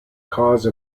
cause